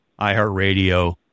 iHeartRadio